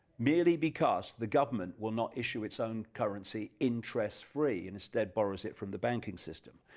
merely because the government will not issue its own currency. interest-free and instead borrows it from the banking system,